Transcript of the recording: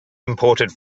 imported